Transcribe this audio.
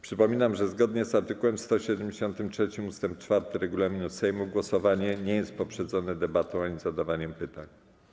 Przypominam, że zgodnie z art. 173 ust. 4 regulaminu Sejmu głosowanie to nie jest poprzedzone debatą ani zadawaniem pytań.